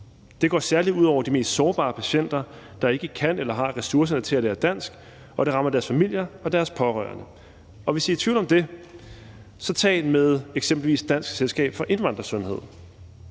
Det går særlig ud over de mest sårbare patienter, der ikke kan eller har ressourcerne til at lære dansk, og det rammer deres familier og deres pårørende. Og hvis I er i tvivl om det, så tal med eksempelvis Dansk Selskab for Indvandrersundhed.